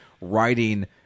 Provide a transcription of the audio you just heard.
writing